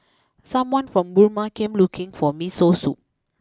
someone from Burma came looking for Miso Soup